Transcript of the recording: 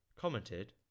commented